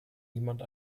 niemand